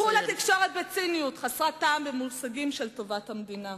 הם ידברו לתקשורת בציניות חסרת טעם במושגים של טובת המדינה.